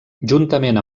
juntament